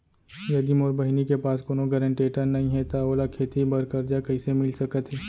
यदि मोर बहिनी के पास कोनो गरेंटेटर नई हे त ओला खेती बर कर्जा कईसे मिल सकत हे?